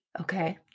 Okay